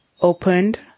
opened